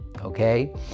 okay